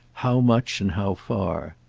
how much and how far.